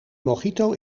mojito